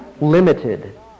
Limited